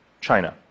China